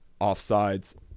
offsides